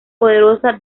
poderosa